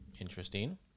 Interesting